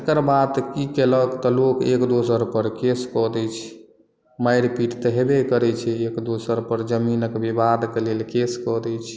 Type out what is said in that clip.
तकर बाद की केलक तऽ लोग एक दोसर पर केस कऽ दै छै मारि पीट तऽ हेबे करै छै एक दोसर पर जमीनक विवादक लेल केस कऽ दै छै